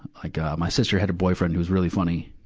like, ah, my sister had a boyfriend who was really funny.